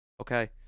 Okay